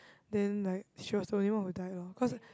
then like she was the only one who died lor cause